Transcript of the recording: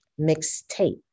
Mixtape